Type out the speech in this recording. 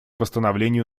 восстановлению